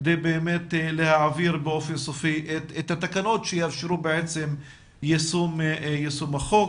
כדי להעביר באופן סופי את התקנות שיאפשרו יישום החוק.